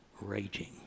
raging